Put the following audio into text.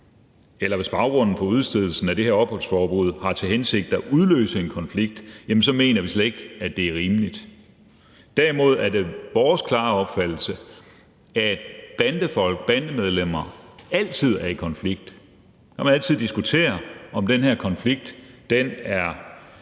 eller hvis baggrunden for udstedelsen af det her opholdsforbud har til hensigt at udløse en konflikt, så mener vi slet ikke, at det er rimeligt. Derimod er det vores klare opfattelse, at bandefolk, bandemedlemmer altid er i konflikt. Så kan man altid diskutere, om den her konflikt er